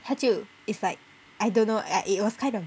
他就 it's like I don't know I it was kind of